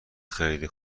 خیلی